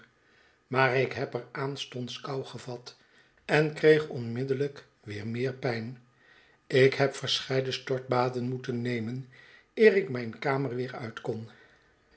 maar ik heb er aanstonds kou gevat en kreeg onmiddellijk weer meer pijn ik heb verscheiden stortbaden moeten nernen eer ik mijn kamer weer uit kon